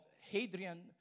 Hadrian